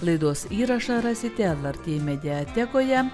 laidos įrašą rasite lrt mediatekoje